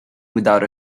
without